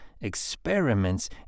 experiments